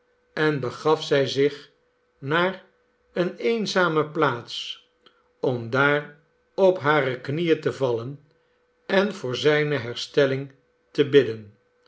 en begaf zij zich naar eene eenzame plaats om daar op hare knieen te vallen en voor zijne herstelling te bidden